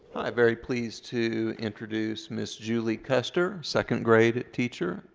i'm very pleased to introduce miss julie custer, second-grade teacher,